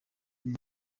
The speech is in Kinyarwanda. ibyo